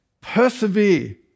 persevere